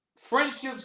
friendships